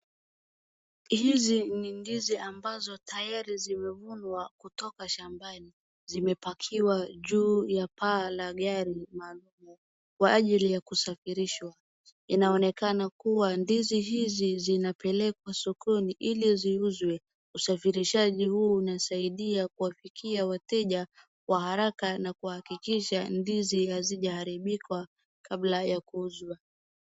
Hizi ni ndizi ambazo tayari zimevunwa kutoka shambani, zimepakiwa juu ya paa la gari kwa ajili ya kusafirishwa. Inaonekana kuwa ndizi hizi zinapelekwa sokoni ili ziuzwe. Usafirishaji huu unasaidia kuwafikia wateja kwa haraka na kuhakikisha ndizi hazijaharibika kabla ya kuuzwa.